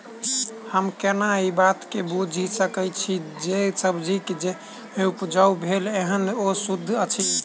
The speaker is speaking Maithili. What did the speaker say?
हम केना ए बात बुझी सकैत छी जे सब्जी जे उपजाउ भेल एहन ओ सुद्ध अछि?